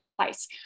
place